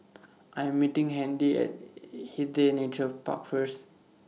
I Am meeting Handy At Hindhede Nature Park First